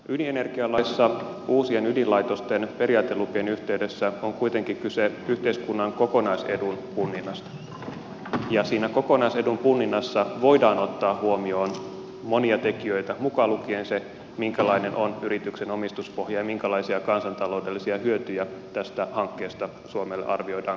ydinenergialaissa uusien ydinlaitosten periaatelupien yhteydessä on kuitenkin kyse yhteiskunnan kokonaisedun punninnasta ja siinä kokonaisedun punninnassa voidaan ottaa huomioon monia tekijöitä mukaan lukien se minkälainen on yrityksen omistuspohja ja minkälaisia kansantaloudellisia hyötyjä tästä hankkeesta suomelle arvioidaan koituvan